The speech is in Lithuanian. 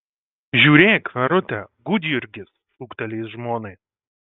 žiūrėk verute gudjurgis šūkteli jis žmonai